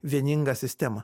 vieningą sistemą